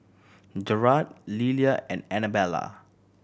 Jerad Lelia and Anabella